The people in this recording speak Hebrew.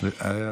הזמן תם.